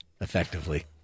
effectively